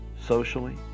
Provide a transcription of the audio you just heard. socially